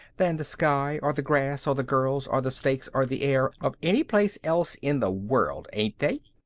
than the sky, or the grass, or the girls, or the steaks, or the air of any place else in the world. ain't they?